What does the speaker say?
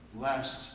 last